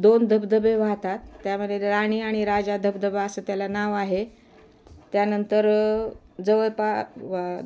दोन धबधबे वाहतात त्यामध्ये राणी आणि राजा धबधबा असं त्याला नाव आहे त्यानंतर जवळ पा